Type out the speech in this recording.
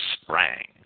sprang